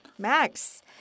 Max